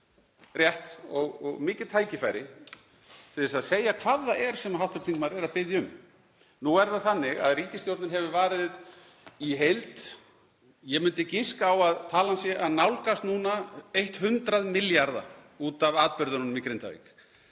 rétt og mikið tækifæri til þess að segja hvað það er sem hv. þingmaður er að biðja um. Nú er það þannig að ríkisstjórnin hefur varið í heild, ég myndi giska á að talan sé að nálgast núna 100 milljarða út af atburðunum í Grindavík.